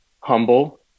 humble